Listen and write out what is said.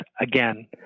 again